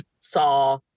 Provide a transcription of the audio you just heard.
saw